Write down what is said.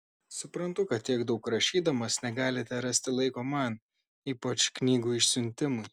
suprantu kad tiek daug rašydamas negalite rasti laiko man ypač knygų išsiuntimui